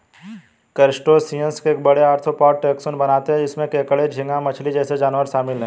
crustaceans एक बड़े, arthropod taxon बनाते हैं जिसमें केकड़े, झींगा मछली जैसे जानवर शामिल हैं